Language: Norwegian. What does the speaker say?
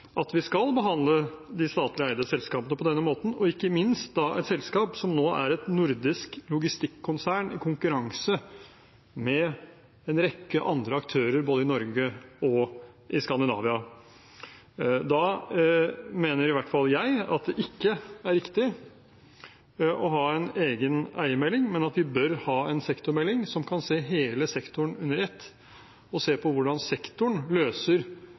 at vi skal behandle de statlig eide selskapene på denne måten, og da ikke minst et selskap som nå er et nordisk logistikkonsern i konkurranse med en rekke andre aktører både i Norge og i Skandinavia. Da mener i hvert fall jeg at det ikke er riktig å ha en egen eiermelding, men at vi bør ha en sektormelding, som kan se hele sektoren under ett og se på hvordan sektoren løser